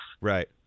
Right